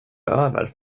över